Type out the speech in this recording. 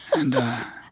and,